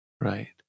Right